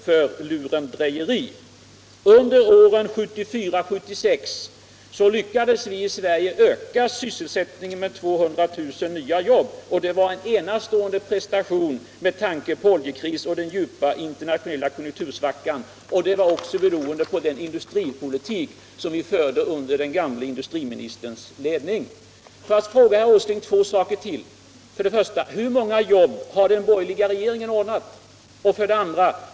Under åren 1974-1976 lyckades vi i Sverige öka sysselsättningen med 200 000 nya jobb. Det var en enastående prestation med tanke på oljekrisen och den djupa internationella konjunktursvackan. Att vi lyckades berodde på den industripolitik vi förde under den tidigare industriministerns ledning. Jag vill ställa ytterligare två frågor till herr Åsling. Hur många jobb har den borgerliga regeringen ordnat?